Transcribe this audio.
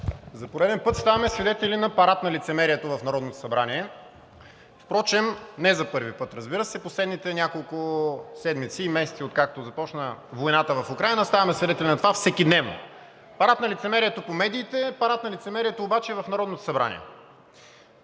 за пореден път ставаме свидетели на парад на лицемерието в Народното събрание. Впрочем не за първи път, разбира се, в последните няколко седмици и месеци, откакто започна войната в Украйна, ставаме свидетели на това всекидневно – парад на лицемерието по медиите, парад на лицемерието обаче и в Народното събрание.